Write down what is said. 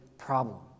problem